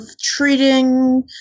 treating